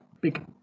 big